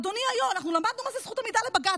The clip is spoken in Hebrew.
אדוני היו"ר, אנחנו למדנו מה זו זכות עמידה בבג"ץ.